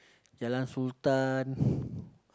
Jalan-Sultan